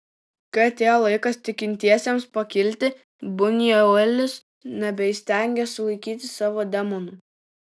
kai atėjo laikas tikintiesiems pakilti bunjuelis nebeįstengė sulaikyti savo demonų